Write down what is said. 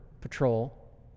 patrol